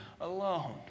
alone